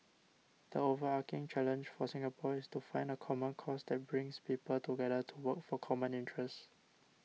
the overarching challenge for Singapore is to find a common cause that brings people together to work for common interests